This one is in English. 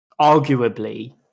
arguably